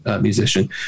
musician